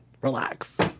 Relax